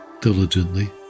diligently